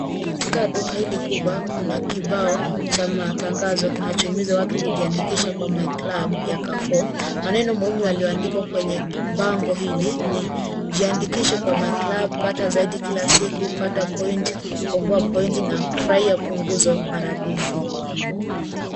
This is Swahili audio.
Katika duka hili kubwa kuna kibao cha matangazo kinachohimiza watu kujiandikisha kwa my club ya Carrefour. Maneno muhimu yaliyoandikwa kwenye bango hili ni jiandikishe kwa my club pata zaidi kila siku, pata pointi, komboa pointi nafurahia punguzo maradufu.